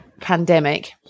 pandemic